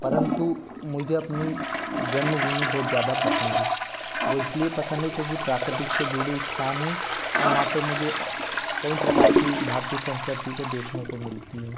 परंतु मुझे अपनी जन्मभूमि बहुत ज़्यादा पसंद थी वो इसलिए पसंद है क्योंकि प्राकृतिक से जुड़ी ताने और वहाँ पे मुझे कईं प्रकार की भारतीय संस्कृति को देखने को मिलती हैं